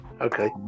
Okay